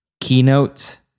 Keynote